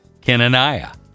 Kenanaya